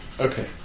Okay